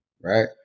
Right